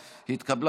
נגד,